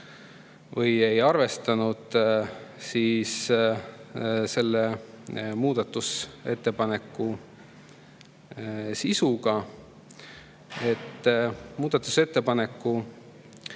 või ei arvestanud selle muudatusettepaneku sisu. Muudatusettepaneku